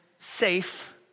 safe